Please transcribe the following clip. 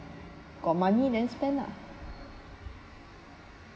got money then spend lah